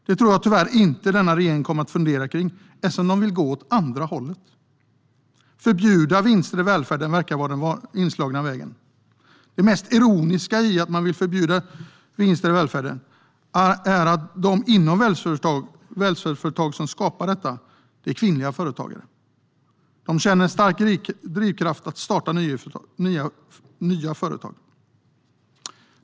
Det tror jag tyvärr inte att denna regering kommer att fundera kring eftersom de vill gå åt andra hållet. Att förbjuda vinster i välfärden verkar vara den inslagna vägen. Det mest ironiska i att man vill förbjuda vinster i välfärden är att de inom välfärdsföretagen som skapar dessa vinster är kvinnliga företagare. De känner en stark drivkraft att starta nya företag.